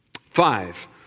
Five